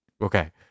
Okay